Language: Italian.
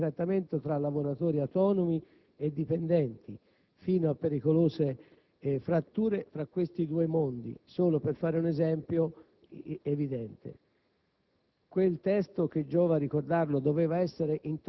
basti pensare all'inaccettabile disparità di trattamento tra lavoratori autonomi e dipendenti, fino a pericolose fratture tra questi due mondi. Quel testo che